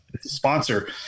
Sponsor